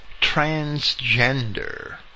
transgender